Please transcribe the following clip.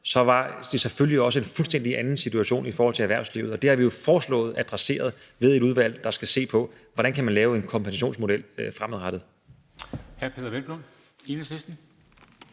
så var det selvfølgelig også en fuldstændig anden situation i forhold til erhvervslivet, og det har vi jo foreslået adresseret ved et udvalg, der skal se på, hvordan man kan lave en kompensationsmodel fremadrettet.